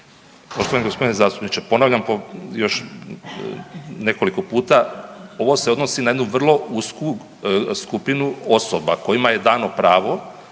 Poštovani g. zastupniče, ponavljam po još nekoliko puta, ovo se odnosi na jednu vrlo usku skupinu osoba kojima je dano pravo,